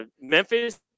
Memphis